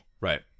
Right